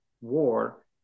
war